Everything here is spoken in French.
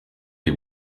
les